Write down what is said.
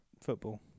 football